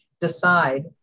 decide